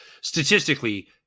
statistically